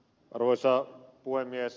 arvoisa puhemies